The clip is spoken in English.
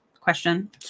question